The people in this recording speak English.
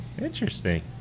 Interesting